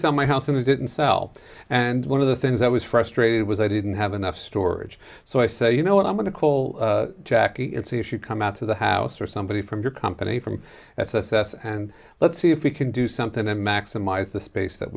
sell my house and i didn't sell and one of the things i was frustrated was i didn't have enough storage so i say you know what i'm going to call jackie it see if you come out of the house or somebody from your company from s s s and let's see if we can do something to maximize the space that